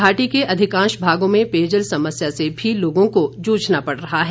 घाटी के अधिकांश भागों में पेयजल समस्या से भी लोगों को जूझना पड़ रहा है